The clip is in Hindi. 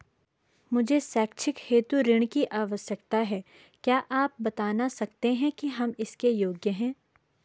मुझे शैक्षिक हेतु ऋण की आवश्यकता है क्या आप बताना सकते हैं कि हम इसके योग्य हैं?